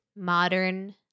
Modern